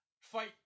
fight